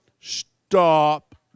stop